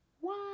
one